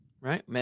right